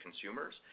consumers